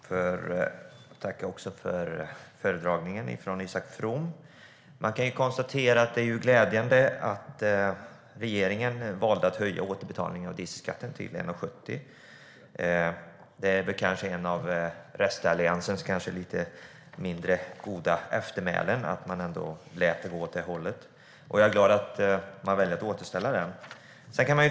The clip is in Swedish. Herr talman! Jag får tacka för föredragningen från Isak From. Det är glädjande att regeringen valde att höja återbetalningen av dieselskatten till 1,70 kronor. Ett av restalliansens kanske lite mindre goda eftermälen är väl att man lät det gå åt det hållet. Jag är glad att man väljer att återställa den.